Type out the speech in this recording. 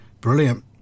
Brilliant